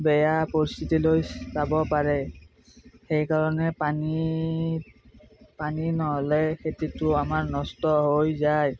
বেয়া পৰিস্থিতিলৈ যাব পাৰে সেইকাৰণে পানী পানী নহ'লে খেতিতো আমাৰ নষ্ট হৈ যায়